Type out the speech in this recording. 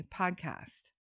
podcast